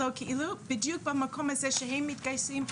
בדיוק במקום הזה שהם מתגייסים,